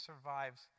survives